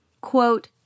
Quote